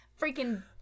freaking